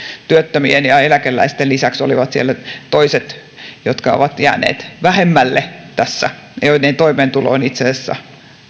työttömien ja eläkeläisten lisäksi olivat siellä toiset jotka ovat jääneet vähemmälle tässä ja joiden toimeentulo on itse asiassa